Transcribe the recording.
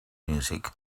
music